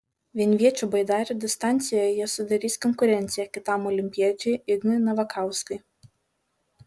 vienviečių baidarių distancijoje jie sudarys konkurenciją kitam olimpiečiui ignui navakauskui